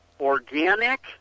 organic